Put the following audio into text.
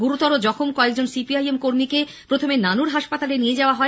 গুরুতর আহত কয়েকজন সিপিআইএম কর্মীকে প্রথমে নানুর হাসপাতালে নিয়ে যাওয়া হয়